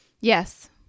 Yes